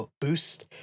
boost